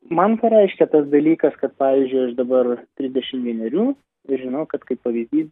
man ką reiškia tas dalykas kad pavyzdžiui aš dabar trisdešimt vienerių ir žinau kad kaip pavyzdys